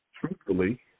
truthfully